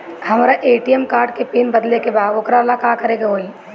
हमरा ATM card के pin बदले के बा वोकरा ला का करे के होई?